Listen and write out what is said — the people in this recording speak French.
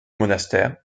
monastère